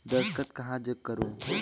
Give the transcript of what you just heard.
दस्खत कहा जग करो?